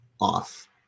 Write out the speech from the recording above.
off